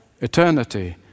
eternity